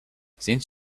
since